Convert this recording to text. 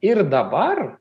ir dabar